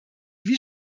wie